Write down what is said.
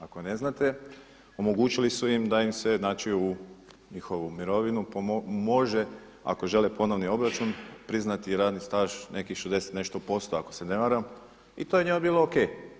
Ako ne znate omogućili su im da im se znači u njihovu mirovinu može ako žele ponovno obračun priznati i radni staž nekih 60 i nešto posto ako se ne varam i to je njima bilo ok.